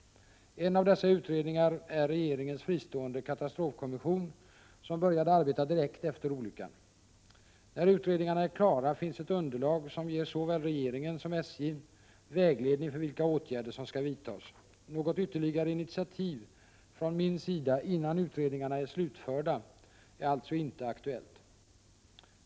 En av dessa utredningar är regeringens fristående katastrofkommission som började arbeta direkt efter olyckan. När utredningarna är klara finns ett underlag för vilka åtgärder som skall vidtas. Något ytterligare initiativ från min sida innan utredningarna är slutförda är alltså inte aktuellt.